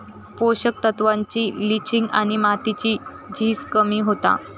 पोषक तत्त्वांची लिंचिंग आणि मातीची झीज कमी होता